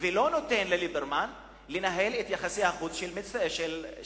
ולא נותן לליברמן לנהל את יחסי החוץ של ישראל.